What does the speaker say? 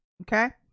Okay